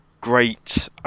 great